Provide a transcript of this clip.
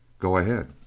go ahead.